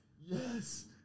Yes